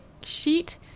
sheet